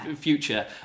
future